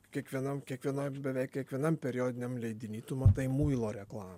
kiekvienam kiekvienoj beveik kiekvienam periodiniam leidiny tu matai muilo reklamą